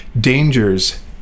dangers